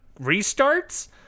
restarts